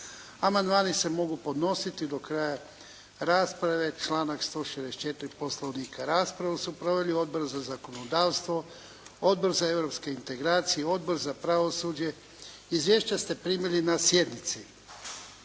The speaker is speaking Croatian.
Amandmani se mogu podnositi do kraja rasprave, članak 154. Poslovnika. Raspravu su proveli Odbor za zakonodavstvo, Odbor za europske integracije, Odbor za pravosuđe. Izvješća ste primili na sjednici.